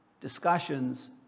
discussions